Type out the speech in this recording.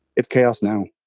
it's chaos. now,